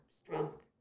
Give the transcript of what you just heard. strength